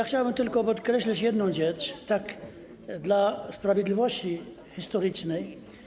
Chciałbym tylko podkreślić jedną rzecz, tak dla sprawiedliwości historycznej.